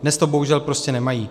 Dnes to bohužel prostě nemají.